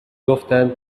گفتن